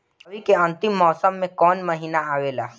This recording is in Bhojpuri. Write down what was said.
रवी के अंतिम मौसम में कौन महीना आवेला?